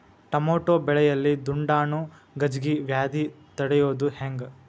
Tomato ಬೆಳೆಯಲ್ಲಿ ದುಂಡಾಣು ಗಜ್ಗಿ ವ್ಯಾಧಿ ತಡಿಯೊದ ಹೆಂಗ್?